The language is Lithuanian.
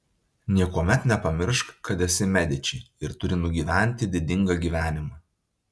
niekuomet nepamiršk kad esi mediči ir turi nugyventi didingą gyvenimą